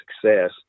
success